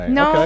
no